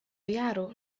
jaru